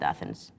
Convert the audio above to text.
Athens